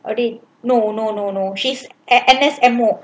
what thing no no no no she an anaes M_O